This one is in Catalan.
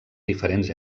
diferents